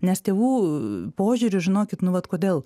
nes tėvų požiūriu žinokit nu vat kodėl